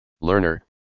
Learner